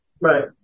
Right